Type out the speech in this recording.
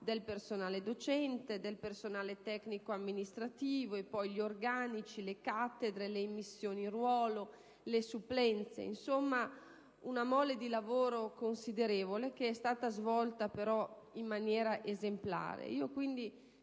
del personale docente, del personale tecnico-amministrativo e poi gli organici, le cattedre, le immissioni in ruolo, le supplenze. Insomma, una mole di lavoro considerevole, che è stata svolta però in maniera esemplare.